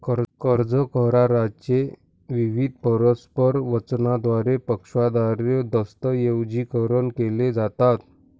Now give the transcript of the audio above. कर्ज करारा चे विविध परस्पर वचनांद्वारे पक्षांद्वारे दस्तऐवजीकरण केले जातात